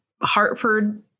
Hartford-